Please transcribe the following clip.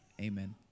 Amen